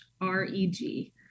R-E-G